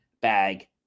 bag